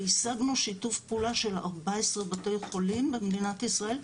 והשגנו שיתוף פעולה של 14 בתי חולים במדינת ישראל,